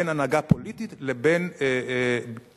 בין הנהגה פוליטית לבין ביורוקרטיה,